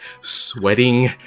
sweating